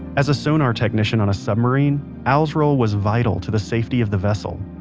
as a sonar technician on a submarine al's role was vital to the safety of the vessel.